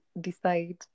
decide